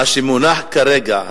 מה שמונח כרגע,